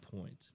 point